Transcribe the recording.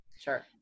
Sure